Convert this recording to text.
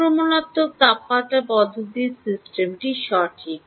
আক্রমণাত্মক তাপমাত্রা পদ্ধতি সিস্টেম সঠিক